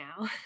now